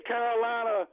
Carolina